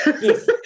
Yes